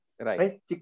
Right